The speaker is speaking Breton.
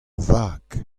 vag